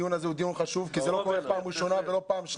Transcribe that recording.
הדיון הזה הוא דיון חשוב כי זה לא קורה פעם ולא פעמיים.